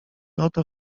oto